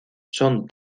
son